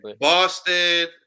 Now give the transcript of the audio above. Boston